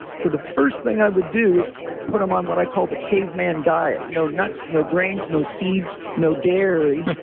so the first thing i would do is put them on what i call the caveman diet, no nuts, no grains, no seeds, no dairy.